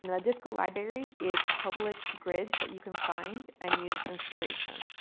the disco library is public grid that you can find and use as inspiration.